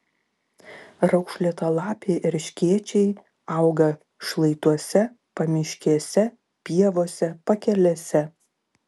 raukšlėtalapiai erškėčiai auga šlaituose pamiškėse pievose pakelėse